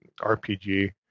RPG